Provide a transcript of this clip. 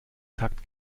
takt